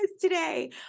today